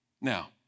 Now